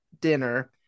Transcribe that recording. dinner